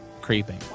creeping